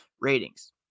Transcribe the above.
ratings